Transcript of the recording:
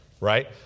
Right